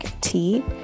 tea